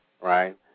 right